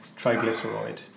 triglyceride